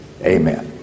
Amen